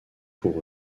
pour